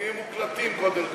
כי הן מוקלטות, קודם כול.